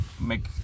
make